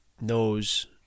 knows